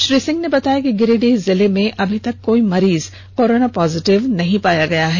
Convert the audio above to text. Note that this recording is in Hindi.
श्री सिंह ने बताया कि गिरिडीह जिले में अभी तक कोई मरीज कोरोना पॉजिटिव नहीं पाया गया है